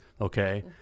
Okay